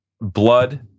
blood